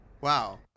wow